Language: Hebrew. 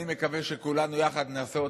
את הדאגה למילואימניקים שמשרתים.